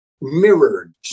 mirrored